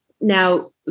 Now